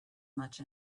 much